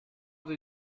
sie